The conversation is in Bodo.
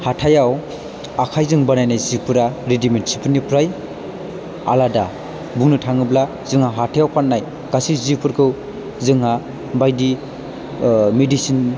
हाथाइयाव आखायजों बानायनाय जिफोरा रेदिमेद सिफोरनिफ्राय आलादा बुंनो थाङोब्ला जोंहा हाथाइयाव फाननाय गासै जिफोरखौ जोंहा बायदि मेदिसिन